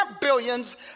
billions